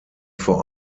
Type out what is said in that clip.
vor